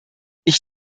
ich